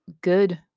good